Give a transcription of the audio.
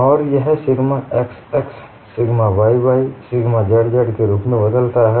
और यह sigma xx sigma yy sigma zz के रूप में बदलता है